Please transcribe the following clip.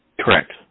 Correct